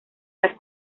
las